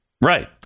Right